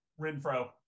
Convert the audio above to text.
Renfro